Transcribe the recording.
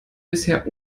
bisher